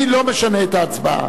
אני לא משנה את ההצבעה.